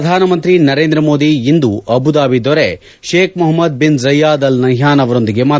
ಪ್ರಧಾನಮಂತ್ರಿ ನರೇಂದ್ರ ಮೋದಿ ಇಂದು ಅಬುದಾಬಿ ದೊರೆ Sheikh Mohamed bin Zayed Al ನಹ್ಲಾನ್ ಅವರೊಂದಿಗೆ ಮಾತುಕತೆ